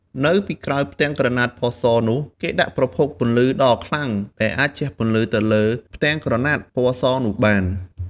នៅពីក្រោយផ្ទាំងក្រណាត់ពណ៌សនោះ គេដាក់ប្រភពពន្លឺដ៏ខ្លាំង ដែលអាចជះពន្លឺទៅលើផ្ទាំងក្រណាត់ពណ៌សនោះបាន។